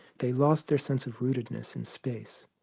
they've lost their sense of rootedness in space.